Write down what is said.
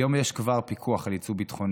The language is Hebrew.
היום כבר יש פיקוח על יצוא ביטחוני.